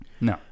No